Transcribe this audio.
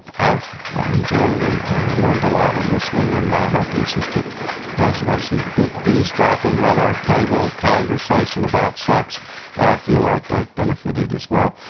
i've enjoyed it and and learned a lot in listening, and my hope is is that those of us who've been eavesdropping on our table conversation about sex feel like they've benefitted as well.